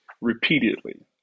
repeatedly